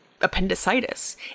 appendicitis